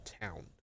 town